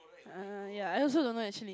uh ya I also don't know actually